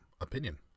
opinion